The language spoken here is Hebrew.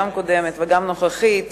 גם הקודמת וגם הנוכחית,